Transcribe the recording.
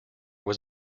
was